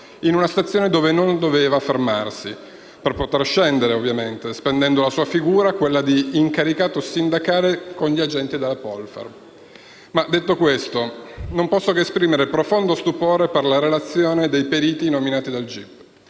in una stazione dove non doveva fermarsi, per poter scendere, spendendo la sua figura di incaricato sindacale, con gli agenti della Polizia ferroviaria. Detto questo, non posso che esprimere profondo stupore per la relazione dei periti nominati dal